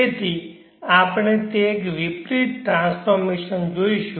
તેથી આપણે તે એક વિપરીત ટ્રાન્સફોર્મશન જોઈશું